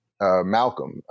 Malcolm